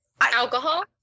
Alcohol